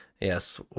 Yes